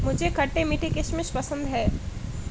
मुझे खट्टे मीठे किशमिश पसंद हैं